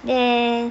then